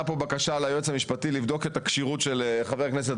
פה בקשה ליועץ המשפטי לבדוק את הכשירות של חבר הכנסת